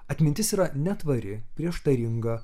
atmintis yra netvari prieštaringa